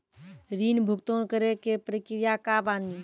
ऋण भुगतान करे के प्रक्रिया का बानी?